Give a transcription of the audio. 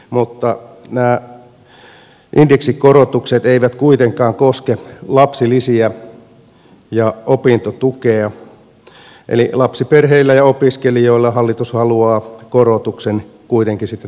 mutta nämä indeksikorotukset eivät kuitenkaan koske lapsilisiä ja opintotukea eli lapsiperheillä ja opiskelijoilla hallitus haluaa korotuksen kuitenkin sitten täysimääräisesti maksattaa